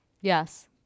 Yes